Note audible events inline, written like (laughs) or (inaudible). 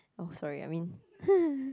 oh sorry I mean (laughs)